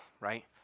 right